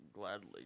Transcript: Gladly